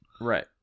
Right